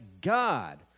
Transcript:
God